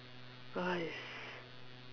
!hais!